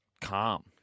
calm